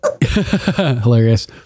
Hilarious